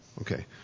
Okay